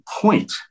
point